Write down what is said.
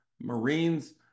Marines